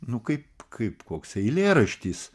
nu kaip kaip koks eilėraštis